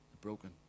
broken